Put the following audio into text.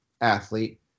athlete